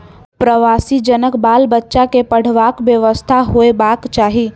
प्रवासी जनक बाल बच्चा के पढ़बाक व्यवस्था होयबाक चाही